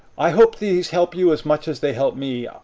i hope these help you as much as they help me.